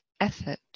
effort